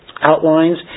outlines